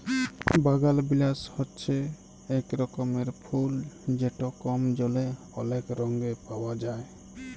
বাগালবিলাস হছে ইক রকমের ফুল যেট কম জলে অলেক রঙে পাউয়া যায়